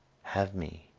have me,